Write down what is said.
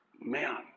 man